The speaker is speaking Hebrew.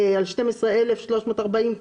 בחיסכון של אנשים,